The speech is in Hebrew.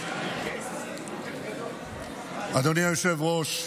אדוני היושב-ראש,